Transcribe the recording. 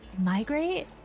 migrate